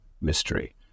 mystery